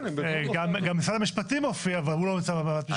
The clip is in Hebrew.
גם משרד המשפטים מופיע והוא לא נמצא בוועדת משנה.